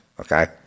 Okay